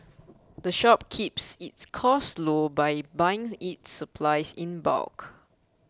the shop keeps its costs low by buying its supplies in bulk